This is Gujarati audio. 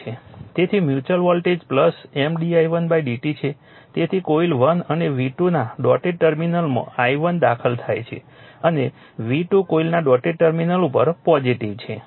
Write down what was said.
તેથી mutual voltage M di1 dt છે તેથી કોઇલ 1 અને V2 ના ડોટેડ ટર્મિનલમાં i1 દાખલ થાય છે અને V2 કોઇલના ડોટેડ ટર્મિનલ ઉપર પોઝિટીવ છે